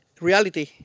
reality